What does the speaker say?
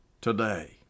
today